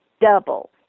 double